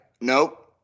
nope